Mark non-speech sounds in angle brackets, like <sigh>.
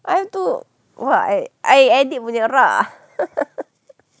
I have to !wah! I edit punya rak <laughs>